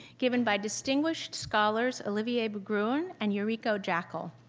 given by distinguished scholars, olivier berggruen and yuriko jackall.